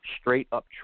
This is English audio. straight-up